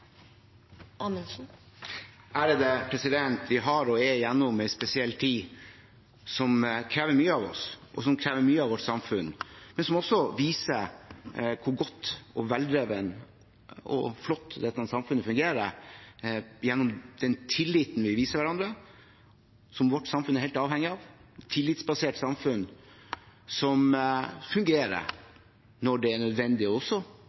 trengs akkurat nå. Vi har vært igjennom – og er i – en spesiell tid som krever mye av oss. Det krever mye av vårt samfunn, men viser også hvor godt, veldrevet og flott dette samfunnet fungerer gjennom den tilliten vi viser hverandre, og som vårt samfunn er helt avhengig av. Det er et tillitsbasert samfunn som fungerer når det er nødvendig, også